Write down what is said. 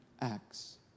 acts